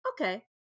okay